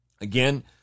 Again